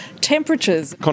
temperatures